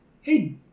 hey